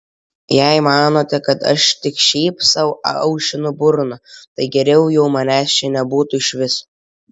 jei manote kad aš tik šiaip sau aušinu burną tai geriau jau manęs čia nebūtų iš viso